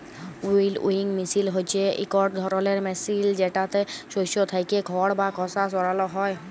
উইলউইং মিশিল হছে ইকট ধরলের মিশিল যেটতে শস্য থ্যাইকে খড় বা খসা সরাল হ্যয়